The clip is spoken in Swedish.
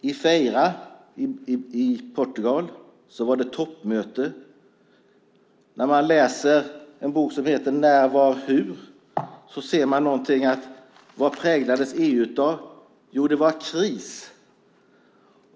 I Feira i Portugal var det toppmöte. När man läser en bok som heter När, Var, Hur ser man vad EU präglades av. Det var kris.